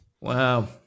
wow